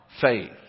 faith